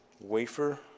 wafer